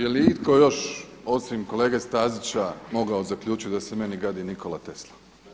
Je li itko još osim kolege Stazića mogao zaključiti da se meni gadi Nikola Tesla?